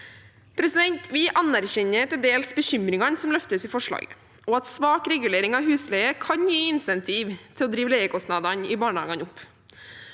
til det. Vi anerkjenner til dels bekymringene som løftes i forslaget, og at svak regulering av husleie kan gi insentiv til å drive leiekostnadene i barnehagene opp.